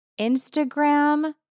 Instagram